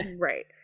right